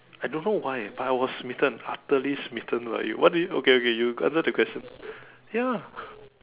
I don't know why but I was smittened utterly smittened by you what do you okay okay you answer the question ya